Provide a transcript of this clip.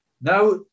Now